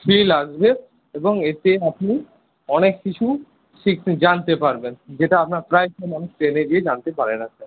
feel আসবে এবং এতে আপনি অনেক কিছু শিখতে জানতে পারবেন যেটা আপনার প্রায়সময় মানুষ ট্রেনে গিয়ে জানতে পারে না স্যার